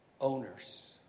owners